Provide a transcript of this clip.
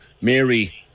Mary